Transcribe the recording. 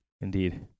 indeed